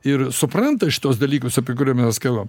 ir supranta šituos dalykus apie kuriuo mes kalbam